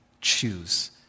choose